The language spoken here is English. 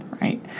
right